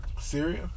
Syria